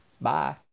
bye